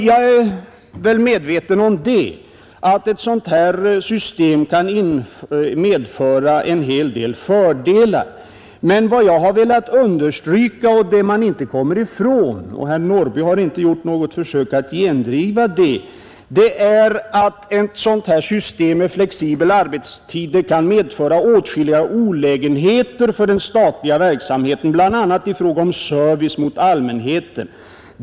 Jag är nog medveten om att ett sådant här system kan medföra en hel del fördelar, men vad jag har velat understryka är att man inte kommer ifrån — och herr Norrby har inte gjort något försök att gendriva det — att ett system med flexibel arbetstid kan medföra åtskilliga olägenheter för den statliga verksamheten, bl.a. i fråga om service mot allmänheten.